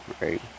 right